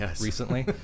recently